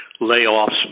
layoffs